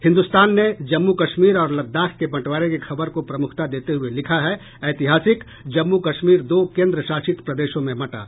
हिन्दुस्तान ने जम्मू कश्मीर और लद्दाख के बंटवारे की खबर को प्रमुखता देते हुये लिखा है ऐतिहासिक जम्मू कश्मीर दो केन्द्र शासित प्रदेशों में बंटा